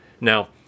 Now